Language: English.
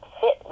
fit